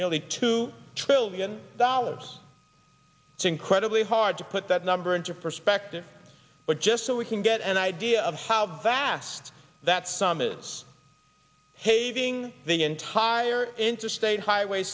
nearly two trillion dollars to incredibly hard to put that number into perspective but just so we can get an idea of how vast that sum is paving the entire interstate highway